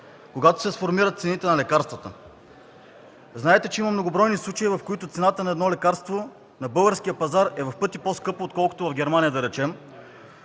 когато се формират цените на лекарствата. Знаете, че има многобройни случаи, в които цената на едно лекарство на българския пазар е в пъти по-скъпа, отколкото в Германия, да речем.